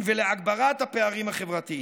להגברת הפערים החברתיים.